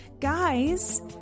Guys